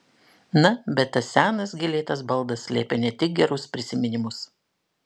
na bet tas senas gėlėtas baldas slėpė ne tik gerus prisiminimus